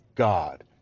God